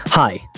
Hi